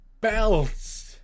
belts